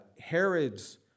Herod's